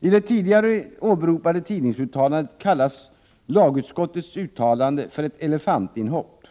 I det tidigare åberopade tidningsuttalandet kallas lagutskottets uttalande för ett ”elefantinhopp”,